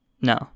No